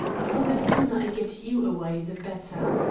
so the sooner i get you away, the better.